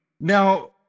Now